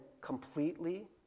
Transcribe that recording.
completely